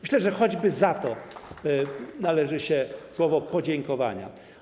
Myślę, że choćby za to należy się słowo podziękowania.